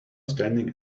standing